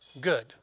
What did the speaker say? good